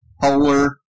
polar